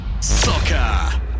Soccer